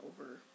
over